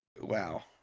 Wow